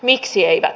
miksi eivät